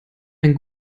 ein